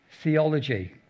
theology